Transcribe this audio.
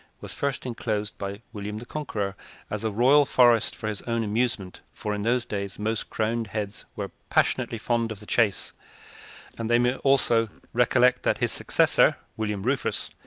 was first inclosed by william the conqueror as a royal forest for his own amusement for in those days most crowned heads were passionately fond of the chase and they may also recollect that his successor, william rufus,